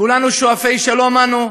כולנו, שואפי שלום אנו,